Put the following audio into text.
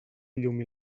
llum